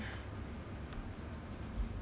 no need lah 单身